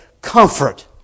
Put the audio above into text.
comfort